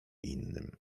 innym